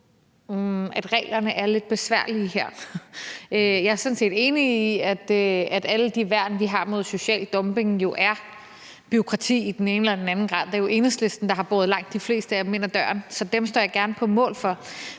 at reglerne er lidt besværlige her. Jeg er sådan set enig i, at alle de værn, vi har mod social dumping, jo i en eller anden grad skaber bureaukrati. Det er jo Enhedslisten, der har båret langt de fleste af dem igennem, så dem står jeg gerne på mål for.